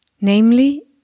namely